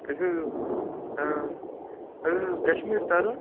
اَسہِ حظ اوس اَسہِ حظ اوس کَشمیٖر تَرُن